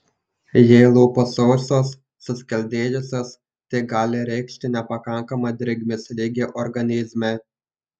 jei lūpos sausos suskeldėjusios tai gali reikšti nepakankamą drėgmės lygį organizme